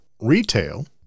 retail